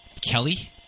Kelly